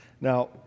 Now